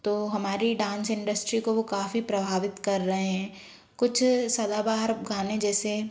तो हमारी dance industry को वह काफ़ी प्रभावित कर रहे हैं कुछ सदाबहार गाने जैसे